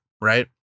right